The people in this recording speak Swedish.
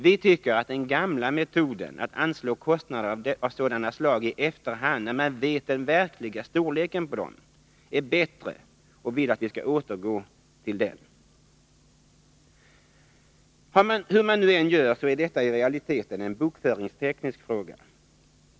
Vi tycker att den gamla metoden att anslå medel för sådana kostnader i efterhand, när man vet den verkliga storleken på dessa, är bättre och vill att vi skall återgå till den. Hur man nu än gör är detta i realiteten en bokföringsteknisk fråga.